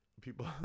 People